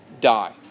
die